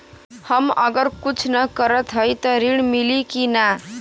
हम अगर कुछ न करत हई त ऋण मिली कि ना?